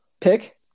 Pick